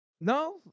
No